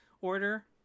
order